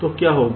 तो क्या होगा